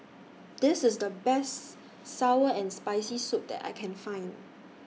This IS The Best Sour and Spicy Soup that I Can Find